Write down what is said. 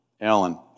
Alan